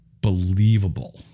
believable